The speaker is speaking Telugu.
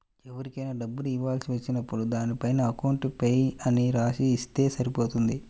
ఎవరికైనా డబ్బులు ఇవ్వాల్సి వచ్చినప్పుడు దానిపైన అకౌంట్ పేయీ అని రాసి ఇస్తే సరిపోతుంది